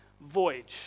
Voyage